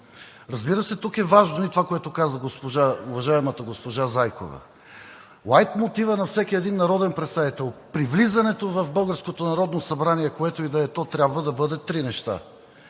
Разбира се, тук е важно и това, което каза уважаемата госпожа Зайкова. Лайтмотивът на всеки един народен представител при влизането в българското Народно събрание, което и да е то, трябва да бъдат три неща: